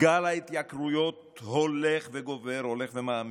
גל ההתייקרויות הולך וגובר, הולך ומעמיק,